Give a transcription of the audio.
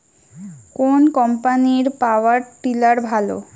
কোন কম্পানির power tiller ভালো?